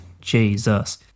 Jesus